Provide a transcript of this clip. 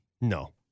No